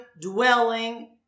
dwelling